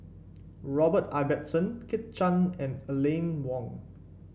Robert Ibbetson Kit Chan and Aline Wong